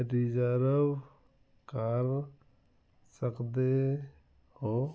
reserve ਕਰ ਸਕਦੇ ਹੋ